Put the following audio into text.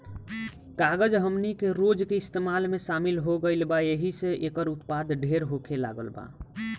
कागज हमनी के रोज के इस्तेमाल में शामिल हो गईल बा एहि से एकर उत्पाद ढेर होखे लागल बा